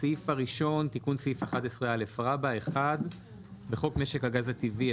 תיקון סעיף 11א 1. בחוק משק הגז הטבעי,